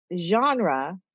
genre